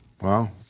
Wow